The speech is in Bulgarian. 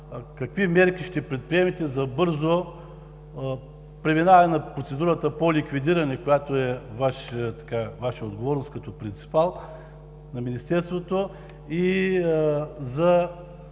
какви мерки ще предприемете за бързо преминаване на процедурата по ликвидиране, която е Ваша отговорност като принципал – на Министерството, и за